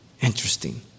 Interesting